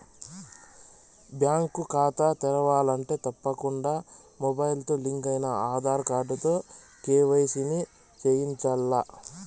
bank కాతా తెరవాలంటే తప్పకుండా మొబయిల్తో లింకయిన ఆదార్ కార్డుతో కేవైసీని చేయించాల్ల